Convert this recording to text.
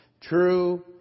true